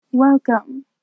Welcome